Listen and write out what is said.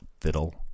fiddle